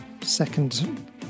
Second